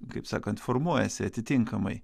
kaip sakant formuojasi atitinkamai